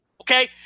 Okay